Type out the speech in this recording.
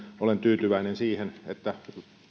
olen tyytyväinen siihen että